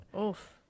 Oof